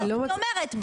אני אומרת,